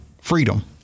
freedom